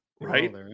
right